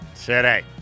Today